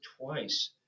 twice